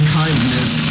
kindness